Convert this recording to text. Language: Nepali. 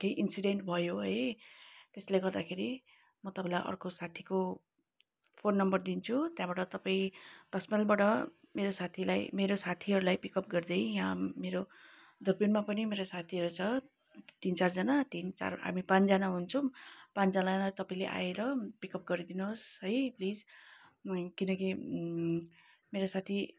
केही इनसिडेन्ट भयो है त्यसले गर्दाखेरि म तपाईँलाई अर्को साथीको फोन नम्बर दिन्छु त्यहाँबाट तपाईँ दस माइलबाट मेरो साथीलाई मेरो साथीहरूलाई पिकअप गर्दै यहाँ मेरो दुर्पिनमा पनि मेरो साथीहरू छ तिन चारजना तिन चार हामी पाँचजना हुन्छौँ पाँचजनालाई तपाईँले आएर पिकअप गरिदिनुहोस् है प्लिज किनकि मेरो साथी